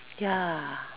ya